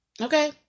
Okay